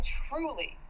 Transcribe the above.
truly